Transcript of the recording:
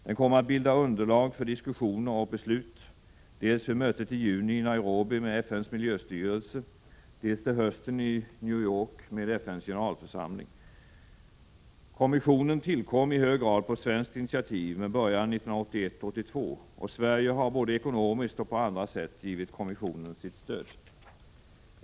Den kommer att bilda underlag för diskussioner och beslut dels vid mötet i juni i Nairobi med FN:s miljöstyrelse, dels till hösten i New York med FN:s generalförsamling. Kommissionen tillkom i hög grad på svenskt initiativ med början 1981/82, och Sverige har både ekonomiskt och på andra sätt givit kommissionen sitt stöd.